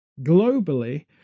globally